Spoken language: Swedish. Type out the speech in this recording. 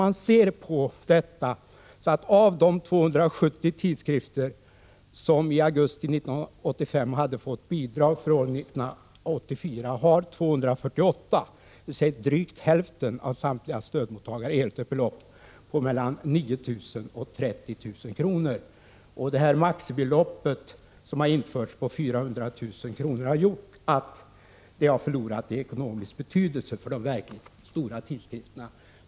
Av de 270 tidskrifter som i augusti 1985 hade fått bidrag från 1984 års anslag hade 248, dvs. drygt hälften av samtliga stödmottagare, erhållit ett belopp på mellan 9 000 och 30 000 kr. Det maximibelopp på 400 000 kr. som har införts har gjort att bidraget har förlorat i ekonomisk betydelse för de verkligt stora tidskrifterna.